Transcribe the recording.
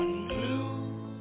blue